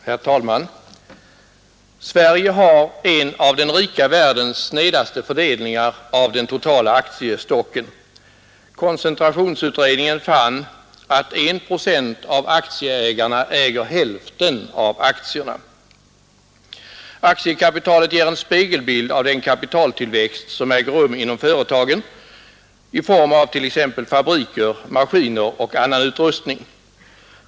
Herr talman! Sverige har en av den rika världens snedaste fördelningar av den totala aktiestocken. Koncentrationsutredningen fann att 1 procent av aktieägarna äger hälften av aktierna. Aktiekapitalet ger en spegelbild av den kapitaltillväxt som äger rum inom företagen i form av t.ex. fabriker, maskiner och annan utrustning.